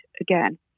again